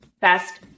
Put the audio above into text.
best